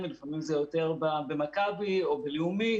ולפעמים זה יותר במכבי או בלאומית.